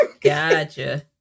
Gotcha